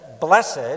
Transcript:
blessed